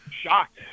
shocked